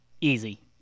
Easy